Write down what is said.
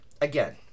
again